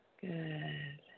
Good